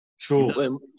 True